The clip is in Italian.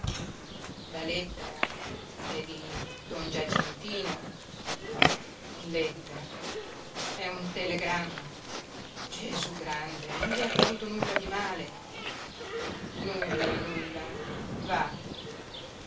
la lettera è di don giacintino lettera è un telegramma gesúgrande non gli è accaduto nulla di male nulla nulla va